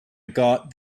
got